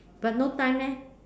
but no time eh